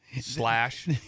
Slash